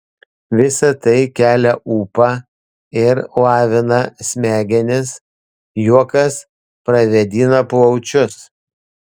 visa tai kelia ūpą ir lavina smegenis juokas pravėdina plaučius